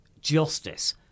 justice